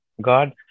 God